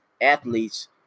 athletes